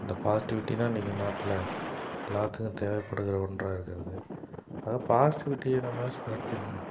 அந்த பாசிட்டிவிட்டி தான் இன்றைக்கு நாட்டில் எல்லாத்துக்கும் தேவைப்படுகிற ஒன்றாக இருக்கிறது அதனால் பாசிட்டிவிட்டியை நம்ம ஸ்ப்ரெட் பண்ணணும்